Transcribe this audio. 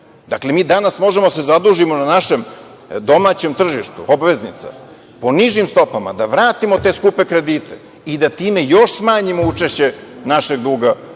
Dakle, mi danas možemo da se zadužimo na našem domaćem tržištu obveznica po nižim stopama, da vratimo te skupe kredite i da time još smanjimo učešće našeg duga